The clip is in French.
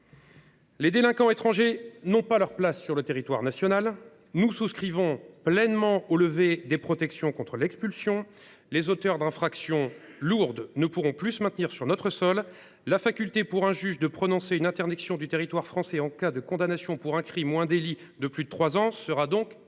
Les délinquants étrangers n’ont pas leur place sur le territoire national. Nous souscrivons pleinement à la levée des protections contre leur expulsion. Les auteurs d’infractions lourdes ne pourront plus se maintenir sur notre sol. La faculté pour un juge de prononcer une interdiction du territoire français en cas de condamnation pour un crime ou un délit passible d’une peine de